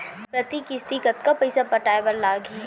प्रति किस्ती कतका पइसा पटाये बर लागही?